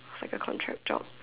like a contract job